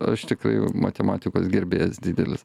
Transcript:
aš tikrai matematikos gerbėjas didelis